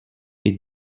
est